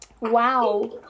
Wow